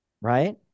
Right